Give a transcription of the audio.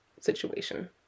situation